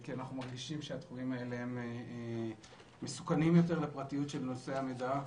כי אנחנו מרגישים שהתחומים האלה מסוכנים יותר לפרטיות של נושא המידע.